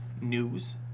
news